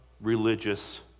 religious